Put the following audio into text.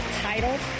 title